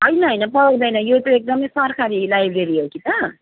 होइन होइन पाउँदैन यो चाहिँ एकदमै सरकारी लाइब्रेरी हो कि त